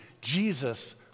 Jesus